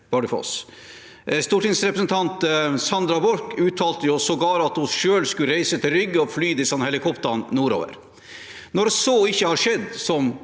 stortingsrepresentant Sandra Borch uttalte sågar at hun selv skulle reise til Rygge og fly disse helikoptrene nordover. Når så ikke har skjedd, som